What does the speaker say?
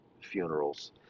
funerals